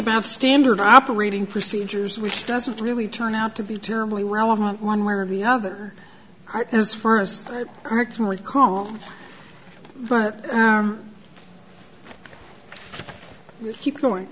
about standard operating procedures which doesn't really turn out to be terribly relevant one way or the other is first are can recall but keep going